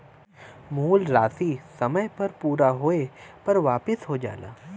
मूल राशी समय पूरा होये पर वापिस हो जाला